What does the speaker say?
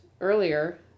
earlier